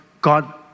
God